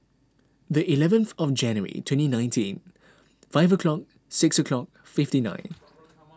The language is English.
the eleventh of January twenty nineteen five o'clock six o'clock fifty nine